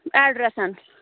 address